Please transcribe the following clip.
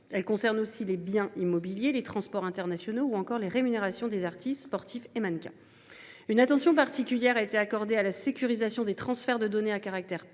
Elle concerne aussi les biens immobiliers, les transports internationaux ou encore les rémunérations des artistes, des sportifs et des mannequins. Une attention particulière a été accordée à la sécurisation des transferts de données à caractère